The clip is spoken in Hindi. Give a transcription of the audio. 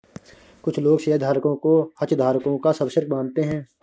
कुछ लोग शेयरधारकों को हितधारकों का सबसेट मानते हैं